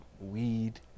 weed